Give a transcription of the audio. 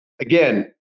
again